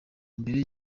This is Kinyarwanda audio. mbere